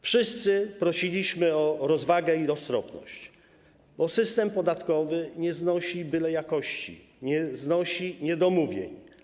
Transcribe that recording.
Wszyscy prosiliśmy o rozwagę i roztropność, bo system podatkowy nie znosi bylejakości, nie znosi niedomówień.